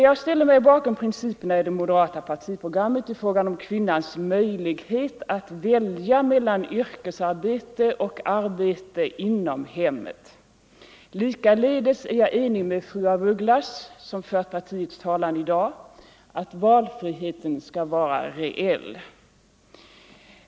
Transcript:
Jag ställer mig bakom principerna i det moderata partiprogrammet i frågan om kvinnans möjlighet att välja mellan yrkesarbete och arbete inom hemmet. Likaledes är jag enig med fru af Ugglas som fört partiets talan i dag, att valfriheten skall vara reell.